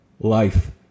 life